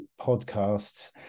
podcasts